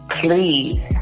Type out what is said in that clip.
please